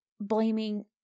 blaming